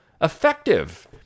effective